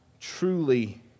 truly